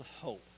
hope